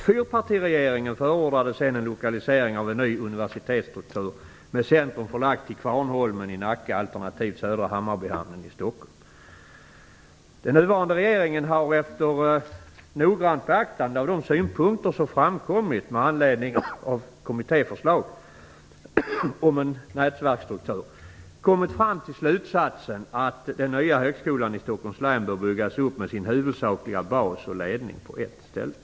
Fyrpartiregeringen förordade sedan en lokalisering av en ny universitetsstruktur med centrum förlagt till Den nuvarande regeringen har efter noggrant beaktande av de synpunkter som framkommit med anledning av kommittéförslaget om en nätverksstruktur kommit fram till slutsatsen att den nya högskolan i Stockholms län bör byggas upp med sin huvudsakliga bas och ledning på ett ställe.